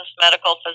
medical